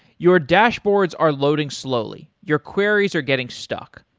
your dashboards are loading slowly, your queries are getting stuck,